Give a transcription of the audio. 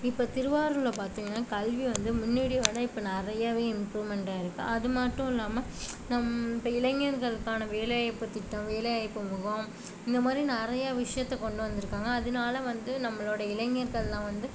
இப்ப திருவாரூரில் பார்த்திங்கன்னா கல்வி வந்து முன்னாடி விட இப்போ நிறையவே இம்ப்ரூவ்மெண்ட் ஆகிருக்கு அது மட்டும் இல்லாமல் நம் இப்போ இளைஞர்களுக்கான வேலை வாய்ப்பு திட்டம் வேலை வாய்ப்பு முகாம் இந்த மாதிரி நிறைய விஷயத்த கொண்டு வந்திருக்காங்க அதனால வந்து நம்மளோட இளைஞர்கெல்லாம் வந்து